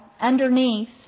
underneath